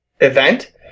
event